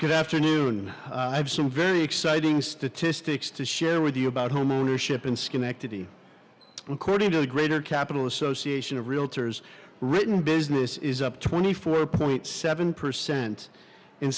good afternoon i have some very exciting statistics to share with you about homeownership in schenectady according to the greater capital association of realtors written business is up twenty four point seven percent in